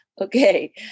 Okay